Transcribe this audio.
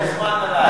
אתה מוזמן אלי.